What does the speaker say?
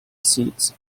seeds